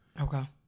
Okay